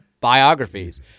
biographies